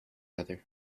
other